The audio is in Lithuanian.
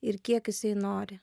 ir kiek jisai nori